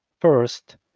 First